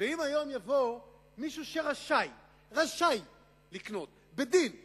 אם היום יבוא מישהו שרשאי לקנות בדין ובצדק,